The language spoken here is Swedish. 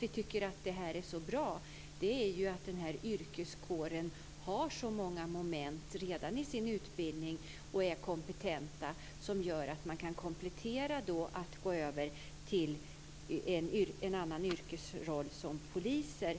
Vi tycker att detta är så bra därför att denna yrkeskår redan har så många moment i sin utbildning och är så kompetent att man lätt kan komplettera detta och gå över till en annan yrkeskår, nämligen polisen.